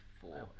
four